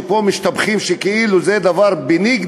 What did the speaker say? שפה משתפכים שכאילו זה דבר benign,